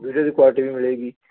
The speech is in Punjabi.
ਵੀਡੀਓ ਦੀ ਕੁਆਲਿਟੀ ਵੀ ਮਿਲੇਗੀ